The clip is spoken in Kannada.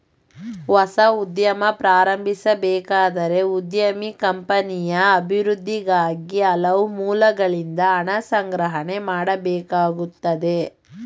ಹೊಸ ಉದ್ಯಮ ಪ್ರಾರಂಭಿಸಬೇಕಾದರೆ ಉದ್ಯಮಿ ಕಂಪನಿಯ ಅಭಿವೃದ್ಧಿಗಾಗಿ ಹಲವು ಮೂಲಗಳಿಂದ ಹಣ ಸಂಗ್ರಹಣೆ ಮಾಡಬೇಕಾಗುತ್ತದೆ